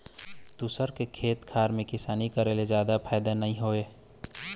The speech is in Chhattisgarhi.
दूसर के खेत खार म किसानी करे ले जादा फायदा नइ रहय